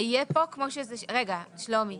שלומי,